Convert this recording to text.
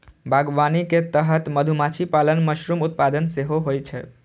बागवानी के तहत मधुमाछी पालन, मशरूम उत्पादन सेहो होइ छै